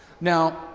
Now